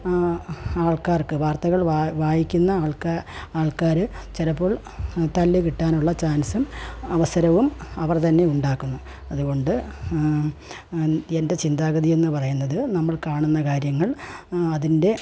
ആൾക്കാർക്ക് വാർത്തകൾ വാ വായിക്കുന്ന ആൾക്കാ ആൾക്കാര് ചിലപ്പോൾ തല്ലുകിട്ടാനുള്ള ചാൻസും അവസരവും അവർതന്നെ ഉണ്ടാക്കുന്നു അതുകൊണ്ട് എൻ്റെ ചിന്താഗതിയെന്ന് പറയുന്നതു നമ്മൾ കാണുന്ന കാര്യങ്ങൾ അതിൻ്റെ